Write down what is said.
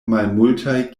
malmultaj